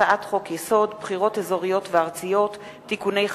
הצעת חוק הממשלה (תיקון,